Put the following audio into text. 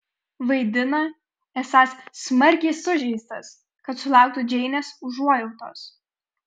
vaidina esąs smarkiai sužeistas kad sulauktų džeinės užuojautos